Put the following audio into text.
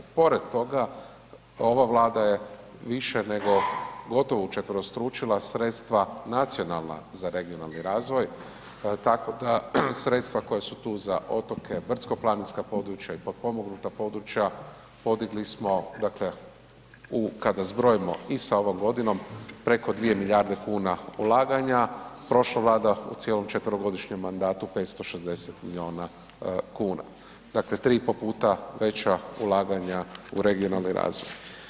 Pored toga, ova Vlada je više nego gotovo učetverostručila sredstva nacionalna za regionalni razvoj tako da sredstva koja su tu za otoke, brdsko planinska područja i potpomognuta područja podigli smo dakle, kada zbrojimo i sa ovom godinom preko 2 milijarde kuna ulaganja, prošla Vlada u cijelom četverogodišnjem mandatu 560 milijuna kuna, dakle 3 i po puta veća ulaganja u regionalni razvoj.